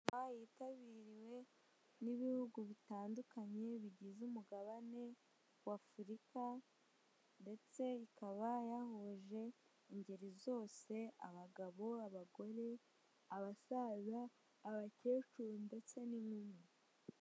Inama yitabiriwe n'ibihugu bitandukanye bigize umugabane w'Afurika ndetse ikaba yahuje ingeri zose abagabo, abagore, abasaza, abakecuru ndetse n'inkumi.